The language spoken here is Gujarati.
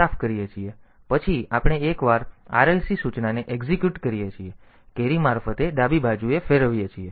અને પછી આપણે એકવાર RLC સૂચનાને એક્ઝિક્યુટ કરીએ છીએ carry મારફતે ડાબી બાજુએ ફેરવીએ છીએ